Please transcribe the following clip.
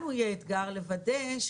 לנו יהיה אתגר לוודא,